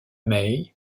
may